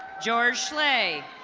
george slay.